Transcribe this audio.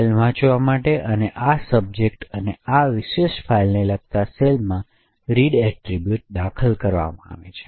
file વાંચવા માટે અને આ સબ્જેક્ટ અને આ વિશિષ્ટ ફાઇલને લગતા સેલમાં રીડ એટ્રિબ્યુટ દાખલ કરીને કરવામાં આવે છે